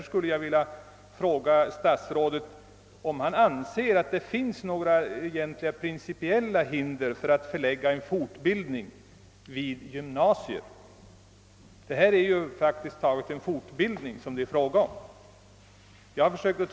Jag skulle därför vilja fråga statsrådet, om han anser att det finns några egentliga, principiella hinder att förlägga en fortbildning till gymnasiet; det är ju praktiskt taget en fortbildning det är fråga om.